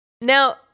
Now